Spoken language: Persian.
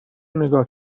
نگاه